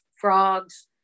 frogs